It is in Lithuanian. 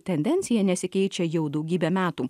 tendencija nesikeičia jau daugybę metų